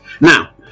Now